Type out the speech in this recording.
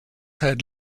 had